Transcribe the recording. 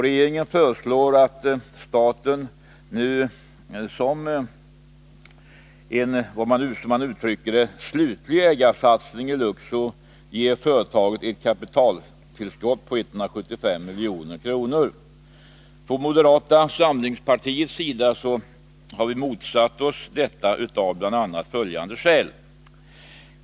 Regeringen föreslår att staten nu, som man uttrycker det, som en slutlig ägarsatsning i Luxor ger företaget ett kapitaltillskott på 175 milj.kr. Från moderata samlingspartiets sida motsätter vi oss detta av bl.a. följande skäl.